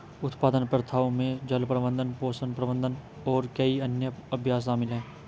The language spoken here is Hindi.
उत्पादन प्रथाओं में जल प्रबंधन, पोषण प्रबंधन और कई अन्य अभ्यास शामिल हैं